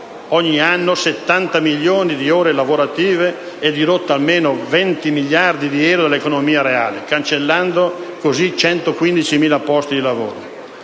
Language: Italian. ogni anno 70 milioni di ore lavorative e dirotta almeno 20 miliardi di euro dall'economia reale, cancellando così 115.000 posti di lavoro.